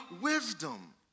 wisdom